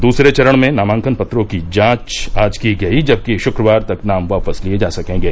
दसरे चरण में नामांकन पत्रों की जांच आज की गयी जबकि शुक्रवार तक नाम वापस लिये जा सकेंगे